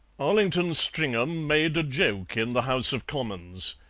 arlington stringham made a joke in the house of commons.